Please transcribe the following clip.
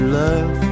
love